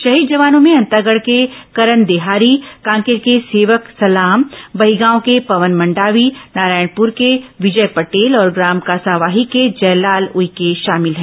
शहीद जवानों में अंतागढ़ के करन देहारी कांकेर के सेवक सलाम बहीगांव के पवन मंडावी नारायणपुर के विजय पटेल और ग्राम कसावाही के जयलाल उइके शामिल हैं